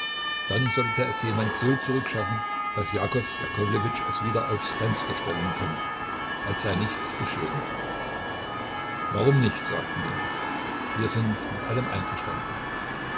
dann sollte es jemand so zurückschaffen daß jakow jakowlewitsch es wieder aufs fenster stellen könne als sei nichts geschehen warum nicht sagten wir wir sind mit allem einverstanden